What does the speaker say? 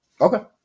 okay